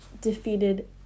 defeated